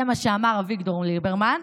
זה מה שאמר אביגדור ליברמן.